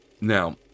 Now